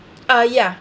uh yeah